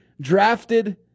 drafted